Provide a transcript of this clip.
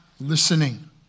listening